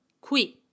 qui